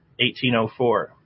1804